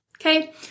Okay